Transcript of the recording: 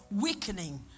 weakening